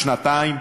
עוד שנתיים?